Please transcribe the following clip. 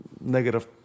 negative